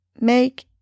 Make